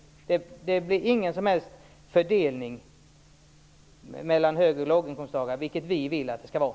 Det blir ingen som helst fördelning mellan hög och låginkomsttagare, vilket vi vill att det skall vara.